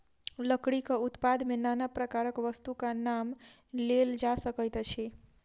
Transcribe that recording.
लकड़ीक उत्पाद मे नाना प्रकारक वस्तुक नाम लेल जा सकैत अछि